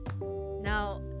now